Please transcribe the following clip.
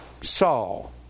Saul